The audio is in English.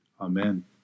Amen